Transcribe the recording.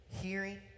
hearing